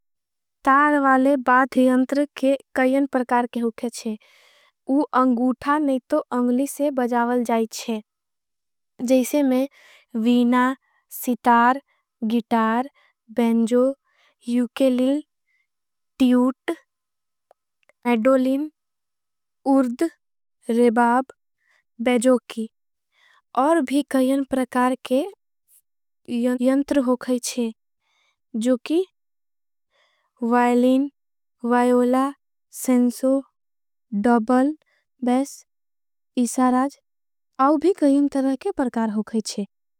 तार वाले बाध यंट्र के कईयन परकार के होगैच्छे। उ अंगूठा नहीं तो अंगली से बजावल जाईच्छे जैसे। में veena, sitar, guitar, banjo, ukulele. टीउट, मैडोलिन, ऊर्ध, रेबाब, बैजोकी। और भी कईयन परकार के यंट्र होगईच्छे जो की। वैलिन, वैयोला, सेंसो, डौबल, बैस, इसाराज। आओ भी कईयन तरह के परकार होगईच्छे।